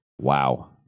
Wow